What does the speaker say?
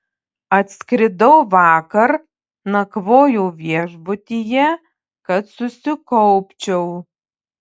atskridau vakar nakvojau viešbutyje kad susikaupčiau